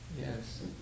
yes